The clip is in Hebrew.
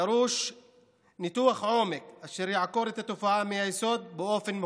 דרוש ניתוח עומק אשר יעקור את התופעה מהיסוד באופן מוחלט.